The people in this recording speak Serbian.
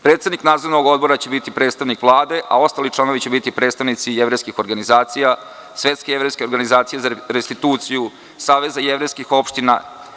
Predsednik nadzornog odbora će biti predstavnik Vlade, a ostali članovi će biti predstavnici jevrejskih organizacija, Svetske jevrejske organizacije za restituciju, Saveza jevrejskih opština.